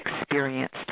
experienced